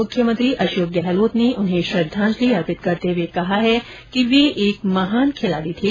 म्ख्यमंत्री अशोक गहलोत ने उन्हें श्रद्धांजलि अर्पित करते हए कहा है कि वे एक महान खिलाड़ी थे